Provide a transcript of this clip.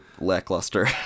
lackluster